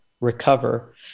recover